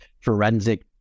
forensic